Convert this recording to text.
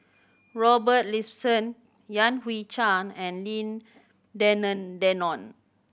Robert Ibbetson Yan Hui Chang and Lim Denan Denon